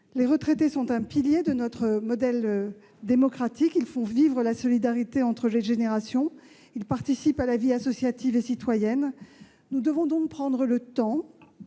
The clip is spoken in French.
Les retraités sont un pilier de notre modèle démocratique : ils font vivre la solidarité entre les générations et participent à la vie associative et citoyenne. Nous devons donc prendre le temps